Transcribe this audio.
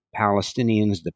Palestinians